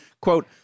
Quote